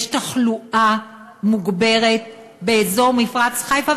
יש תחלואה מוגברת באזור מפרץ חיפה,